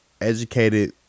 educated